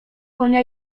konia